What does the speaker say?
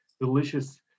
delicious